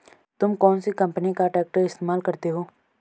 तुम कौनसी कंपनी का ट्रैक्टर इस्तेमाल करते हो?